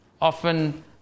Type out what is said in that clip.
often